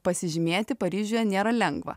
pasižymėti paryžiuje nėra lengva